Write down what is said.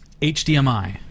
HDMI